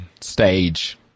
stage